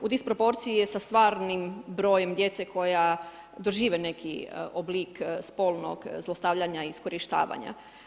U disproporciji je sa stvarnim brojem djece koja dožive neki oblik spolnog zlostavljanja i iskorištavanja.